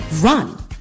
run